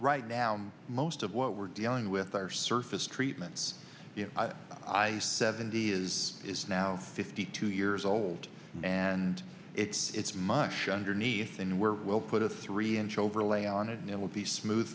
right now most of what we're dealing with are surface treatments i seventy is is now fifty two years old and it's it's much underneath and where we'll put a three inch overlay on it and it will be smooth